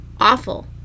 awful